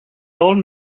old